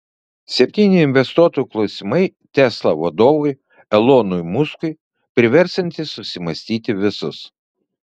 septyni investuotojų klausimai tesla vadovui elonui muskui priversiantys susimąstyti visus